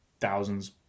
thousands